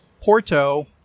porto